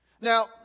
Now